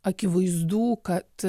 akivaizdu kad